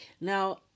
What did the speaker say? Now